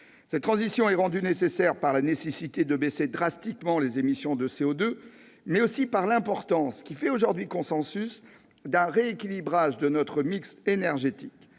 Cette transition est rendue nécessaire par la nécessité de baisser drastiquement les émissions de CO2, mais aussi par l'importance, qui fait aujourd'hui consensus, d'un rééquilibrage de notre mix énergétique.